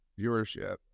viewership